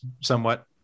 somewhat